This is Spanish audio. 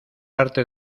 arte